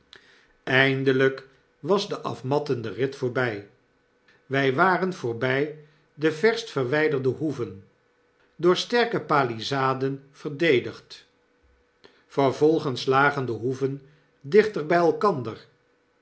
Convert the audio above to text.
eindelyk was de afmattende rit voorby wy waren voorby de verst verwyderde hoeven door sterke palissaden verdedigd vervolgens lagen de hoeven dichter by elkander